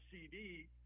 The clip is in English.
CD